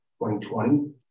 2020